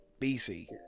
BC